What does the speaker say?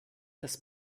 des